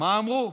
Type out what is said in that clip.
מה אמרו.